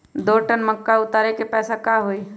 दो टन मक्का उतारे के पैसा का होई?